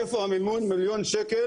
מאיפה המימון מיליון ₪,